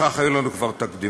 בכך היו לנו כבר תקדימים,